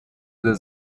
der